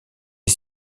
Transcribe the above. est